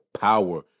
power